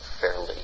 fairly